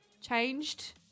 changed